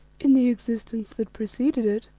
in the existence that preceded it,